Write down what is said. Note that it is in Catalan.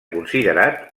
considerat